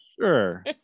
sure